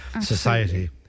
society